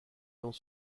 dans